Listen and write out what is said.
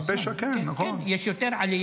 יש יותר עלייה.